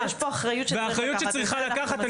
והאחריות שצריכה לקחת,